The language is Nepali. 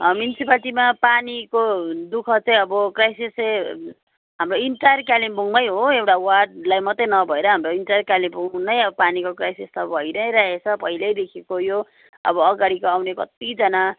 म्युन्सिपालिटीमा पानीको दुःख चाहिँ अब क्राइसिस चाहिँ हाम्रो इन्टायर कालिम्पोङमै हो एउटा वार्डलाई मात्रै नभएर हाम्रो इन्टायर कालिम्पोङ नै अब पानीको क्राइसिस त भइनै रहेको छ पहिल्यैदेखिको यो अब अगाडिको आउने कत्तिजना